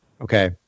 okay